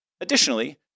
Additionally